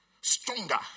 Stronger